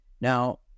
Now